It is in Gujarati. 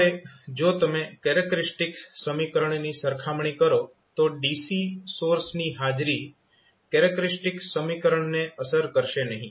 હવે જો તમે કેરેક્ટરીસ્ટિક્સ સમીકરણની સરખામણી કરો તો DC સોર્સ ની હાજરી કેરેક્ટરીસ્ટિક્સ સમીકરણને અસર કરશે નહીં